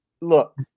Look